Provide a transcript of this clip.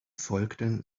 folgten